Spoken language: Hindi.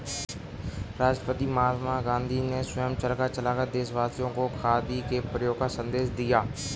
राष्ट्रपिता महात्मा गांधी ने स्वयं चरखा चलाकर देशवासियों को खादी के प्रयोग का संदेश दिया